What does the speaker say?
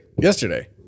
yesterday